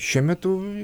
šiuo metu